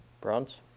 Bronze